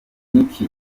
niki